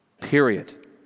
period